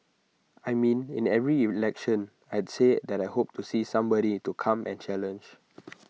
I mean in every election I'd say that I hope to see somebody to come and challenge